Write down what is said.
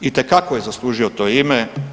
Itekako je zaslužio to ime.